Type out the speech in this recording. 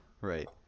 right